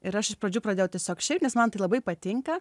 ir aš iš pradžių pradėjau tiesiog šiaip nes man tai labai patinka